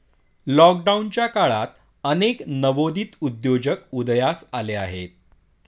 लॉकडाऊनच्या काळात अनेक नवोदित उद्योजक उदयास आले आहेत